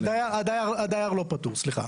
הדייר לא פטור, סליחה.